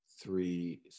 three